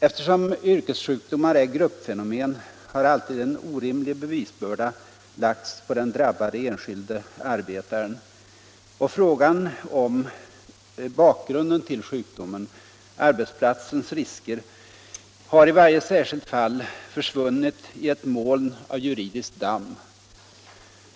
Eftersom yrkessjukdomar är gruppfenomen har alltid en orimlig bevisbörda lagts på den drabbade enskilde arbetaren. Frågan om bakgrunden till sjukdomen, arbetsplatsens risker, har i varje särskilt fall försvunnit i ett moln av juridiskt damm.